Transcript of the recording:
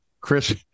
Chris